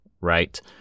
right